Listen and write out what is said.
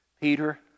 Peter